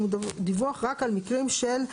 הוא דיווח רק על מקרים של איחורים.